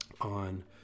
on